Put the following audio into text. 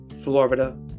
Florida